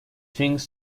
things